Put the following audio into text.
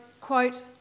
quote